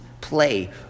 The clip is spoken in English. play